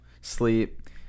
Sleep